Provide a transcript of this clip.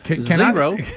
Zero